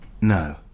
no